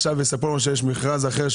ועכשיו הם מספרים לנו שיש מכרז אחר,